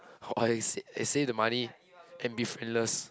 or I s~ I save the money and be friendless